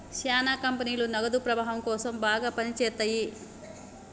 శ్యానా కంపెనీలు నగదు ప్రవాహం కోసం బాగా పని చేత్తయ్యి